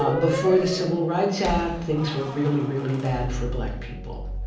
ah before the civil rights act, things were really, really bad for black people.